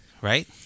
right